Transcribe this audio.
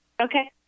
Okay